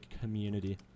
community